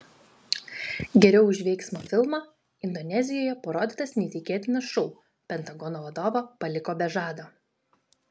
geriau už veiksmo filmą indonezijoje parodytas neįtikėtinas šou pentagono vadovą paliko be žado